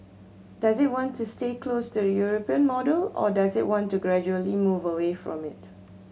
does it want to stay close to the European model or does it want to gradually move away from it